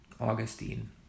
Augustine